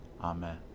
Amen